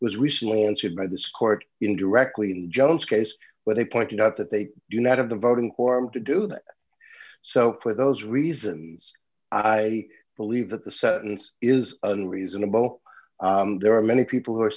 was recently answered by this court in directly jones case where they pointed out that they do not have the voting form to do that so for those reasons i believe that the sentence is reasonable there are many people who are